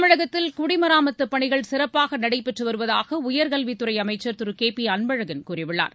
தமிழகத்தில் குடிமராமத்துப் பணிகள் சிறப்பாக நடைபெற்று வருவதாக உயர்கல்வித் துறை அமைச்ச் திரு கே பி அன்பழகன் கூறியுள்ளார்